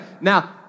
now